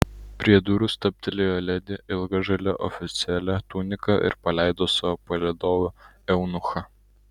prie durų stabtelėjo ledi ilga žalia oficialia tunika ir paleido savo palydovą eunuchą